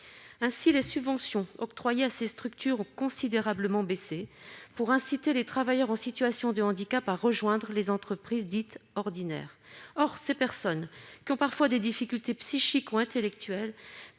Ainsi, les subventions octroyées à ces structures ont considérablement baissé, pour inciter les travailleurs en situation de handicap à rejoindre les entreprises dites « ordinaires ». Or ces personnes, qui ont parfois des difficultés psychiques ou intellectuelles,